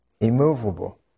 immovable